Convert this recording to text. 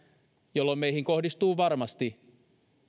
jolloin meihin kohdistuu varmasti